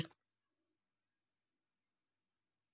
ऋण की अवधि क्या है?